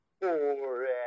Forever